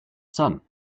sun